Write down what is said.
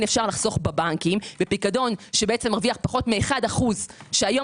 אפשר לחסוך בבנקים בפיקדון שמרוויח פחות מאחוז שהיום